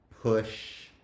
push